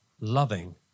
loving